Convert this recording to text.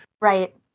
Right